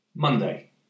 Monday